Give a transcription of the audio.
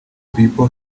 people